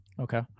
Okay